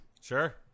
sure